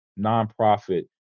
nonprofit